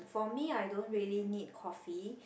for me I don't really need coffee